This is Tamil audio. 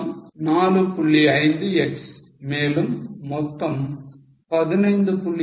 5 x மேலும் மொத்தம் 15